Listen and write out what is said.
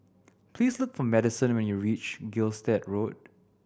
please look for Madison when you reach Gilstead Road